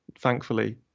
thankfully